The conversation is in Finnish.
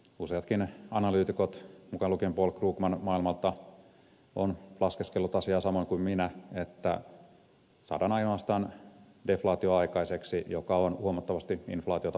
useatkin analyytikot maailmalta mukaan lukien paul krugman ovat laskeskelleet asiaa samoin kuin minä että saadaan ainoastaan deflaatio aikaiseksi joka on huomattavasti inflaatiota pahempi